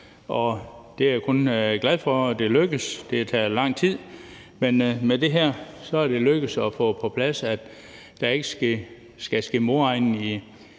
jeg er kun glad for, at det er lykkedes. Det har taget lang tid, men med det her er det lykkedes at få på plads, at der ikke skal ske modregning i